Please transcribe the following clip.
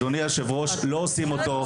אדוני היושב-ראש, לא עושים אותו.